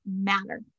matter